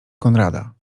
konrada